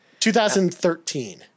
2013